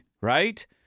right